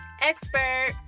expert